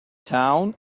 town